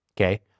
Okay